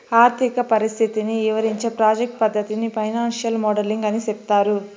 ఆర్థిక పరిస్థితిని ఇవరించే ప్రాజెక్ట్ పద్దతిని ఫైనాన్సియల్ మోడలింగ్ అని సెప్తారు